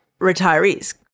retirees